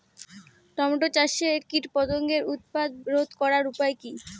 Tomato চাষে কীটপতঙ্গের উৎপাত রোধ করার উপায় কী?